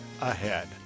ahead